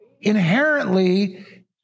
inherently